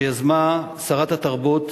שיזמה שרת התרבות